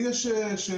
לי יש שאלות